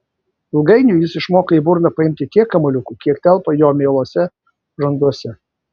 ilgainiui jis išmoko į burną paimti tiek kamuoliukų kiek telpa jo mieluose žanduose